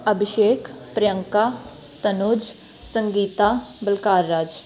Abhishek Priyanka Tanuj Sangeeta Balkaraj